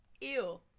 Ew